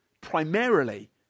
primarily